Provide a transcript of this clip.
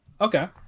Okay